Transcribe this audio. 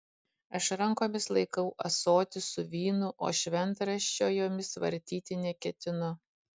aš rankomis laikau ąsotį su vynu o šventraščio jomis vartyti neketinu